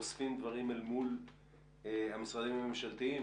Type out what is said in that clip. ואוספים דברים אל מול המשרדים הממשלתיים,